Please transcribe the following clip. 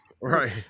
right